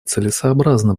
целесообразно